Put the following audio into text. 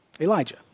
Elijah